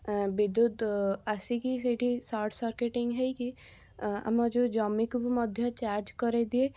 ବିଦ୍ୟୁତ ଆସିକି ସେଇଠି ସର୍ଟ ସର୍କିଟିଙ୍ଗ ହେଇକି ଆମ ଯେଉଁ ଜମିକୁ ବି ମଧ୍ୟ ଚାର୍ଜ କରାଇଦିଏ